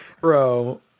Bro